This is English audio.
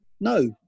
No